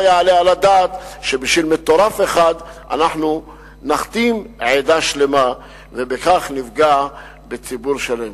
לא יעלה על הדעת שבגלל מטורף אחד נכתים עדה שלמה ובכך נפגע בציבור שלם.